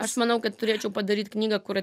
aš manau kad turėčiau padaryt knygą kuri